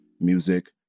music